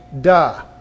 duh